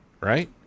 right